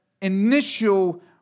initial